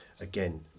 Again